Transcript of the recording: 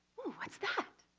what's that?